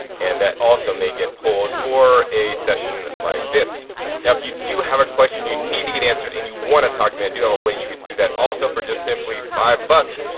and that also may get pulled for a session like this. now if you do have a question you need to get answered and you want to talk to me, i do have a way you could do that also for just simply five bucks.